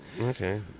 Okay